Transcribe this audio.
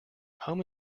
home